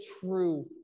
true